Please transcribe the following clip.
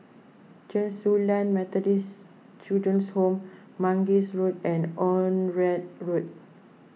Chen Su Lan Methodist Children's Home Mangis Road and Onraet Road